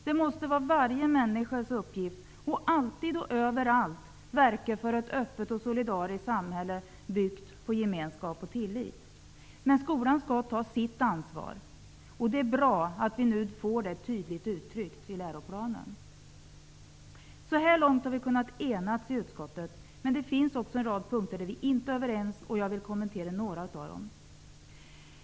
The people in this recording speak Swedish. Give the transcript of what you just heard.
Det måste vara varje människas uppgift att alltid och överallt verka för ett öppet och solidariskt samhälle byggt på gemenskap och tillit. Men skolan skall ta sitt ansvar, och det är bra att vi nu får det tydligt uttryckt i läroplanen. Så här långt har vi kunnat enas i utskottet. Men det finns en rad punkter där vi inte är överens. Jag vill kommentera några av dem.